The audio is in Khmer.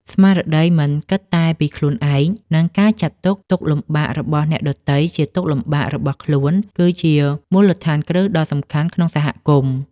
ស្មារតីមិនគិតតែពីខ្លួនឯង និងការចាត់ទុក ទុក្ខលំបាករបស់អ្នកដទៃជាទុក្ខលំបាករបស់ខ្លួន គឺជាមូលដ្ឋានគ្រឹះដ៏សំខាន់ក្នុងសហគមន៍។